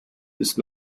ist